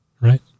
right